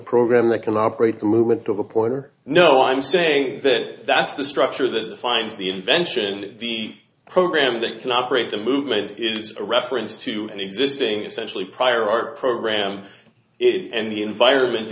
program that can operate the movement of a porter no i'm saying that that's the structure that defines the invention the program that can operate the movement is a reference to an existing essentially prior art program it and the environment